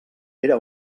era